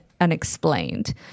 unexplained